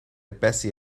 bessie